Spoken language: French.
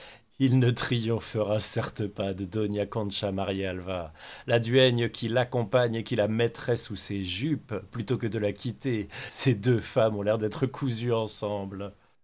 il ne triomphera certes pas de dona concha marialva la duègne qui l'accompagne et qui la mettrait sous ses jupes plutôt que de la quitter ces deux femmes ont l'air d'être cousues ensemble